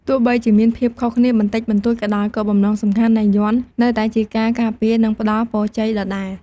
ទោះបីជាមានភាពខុសគ្នាបន្តិចបន្តួចក៏ដោយ គោលបំណងសំខាន់នៃយ័ន្តនៅតែជាការការពារ និងផ្ដល់ពរជ័យដដែល។